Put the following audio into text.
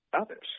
others